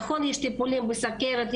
נכון שיש טיפולים בסוכרת,